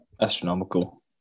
astronomical